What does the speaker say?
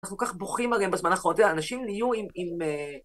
אנחנו כל כך בוכים עליהם בזמן האחרון, אנשים נהיו עם...